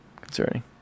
concerning